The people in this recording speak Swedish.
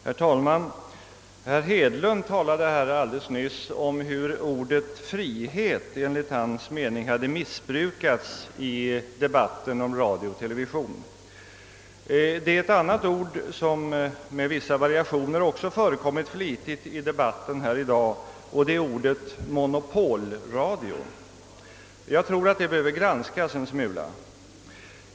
Herr talman! Herr Hedlund talade alldeles nyss om hur ordet frihet enligt hans mening hade missbrukats i debatten om radio och television. Det är ett annat ord som med vissa variationer också förekommit flitigt i debatten här i dag, nämligen ordet monopolradio. Jag tror att det behöver granskas en smula.